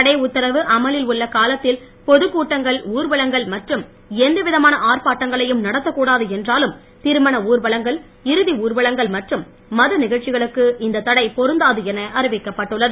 தடை உத்தரவு அமலில் உள்ள காலத்தில் பொதுக்கூட்டங்கள் ஊர்வலங்கள் மற்றும் எந்த விதமான ஆர்ப்பாட்டங்களையும் நடத்தக்கூடாது என்றாலும் திருமண ஊர்வலங்கள் இறுதி ஊர்வலங்கள் மற்றும் மத நிகழ்ச்சிகளுக்கு இந்த தடை பொருந்தாது என அறிவிக்கப் பட்டுள்ளது